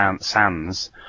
sands